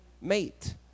mate